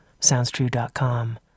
SoundsTrue.com